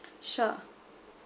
sure